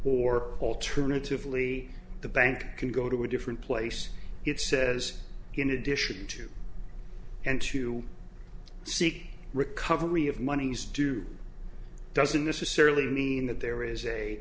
or alternatively the bank can go to a different place it says in addition to and to seek recovery of monies to doesn't necessarily mean that there is a